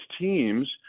teams